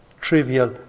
trivial